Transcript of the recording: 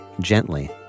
gently